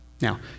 Now